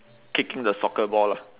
kicking the soccer ball lah